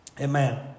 Amen